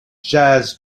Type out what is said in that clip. jazz